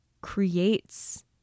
creates